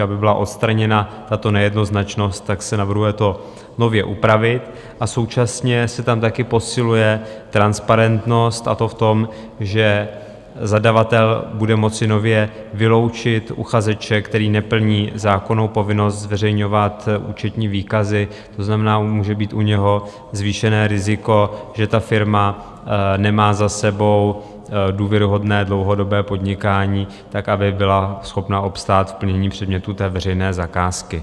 Aby byla odstraněna tato nejednoznačnost, tak se navrhuje to nově upravit a současně se tam taky posiluje transparentnost, a to v tom, že zadavatel bude moci nově vyloučit uchazeče, který neplní zákonnou povinnost zveřejňovat účetní výkazy, to znamená, může být u něho zvýšené riziko, že ta firma nemá za sebou důvěryhodné dlouhodobé podnikání, aby byla schopna obstát v plnění předmětů veřejné zakázky.